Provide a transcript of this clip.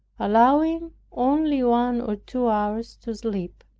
allowing only one or two hours to sleep.